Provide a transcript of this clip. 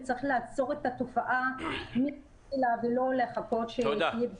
וצריך לעצור את התופעה מתחילתה ולא לחכות שתהיה --- תודה.